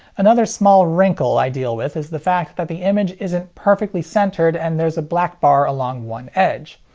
another small wrinkle i deal with is the fact that the image isn't perfectly centered and there's a black bar along one edge,